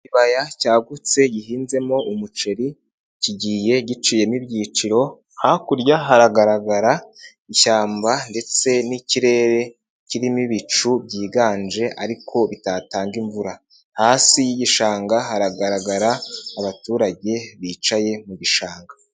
Ikibaya cyagutse gihinzemo umuceri, kigiye giciyemo ibyiciro. Hakurya haragaragara ishyamba ndetse n'ikirere kirimo ibicu byiganje ariko bitatanga imvura. Hasi yigishanga, haragaragara abaturage bicaye mu bishanga.